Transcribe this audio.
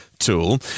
tool